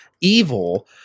evil